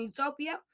Utopia